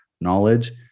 knowledge